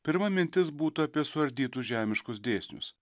pirma mintis būtų apie suardytus žemiškus dėsnius